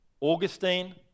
Augustine